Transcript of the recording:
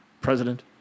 president